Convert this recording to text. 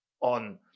on